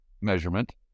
measurement